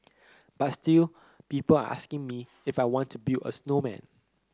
but still people are asking me if I want to build a snowman